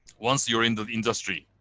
once you're in the industry,